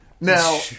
Now